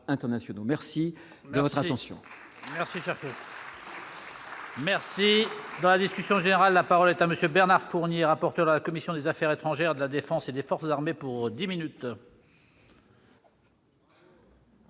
merci de votre attention.